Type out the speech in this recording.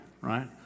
right